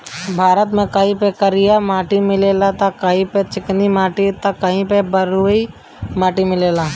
भारत में कहीं पे करिया माटी मिलेला त कहीं पे चिकनी माटी त कहीं पे बलुई माटी मिलेला